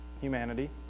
humanity